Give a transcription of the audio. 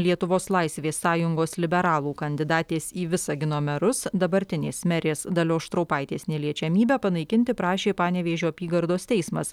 lietuvos laisvės sąjungos liberalų kandidatės į visagino merus dabartinės merės dalios štraupaitės neliečiamybę panaikinti prašė panevėžio apygardos teismas